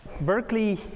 Berkeley